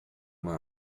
uma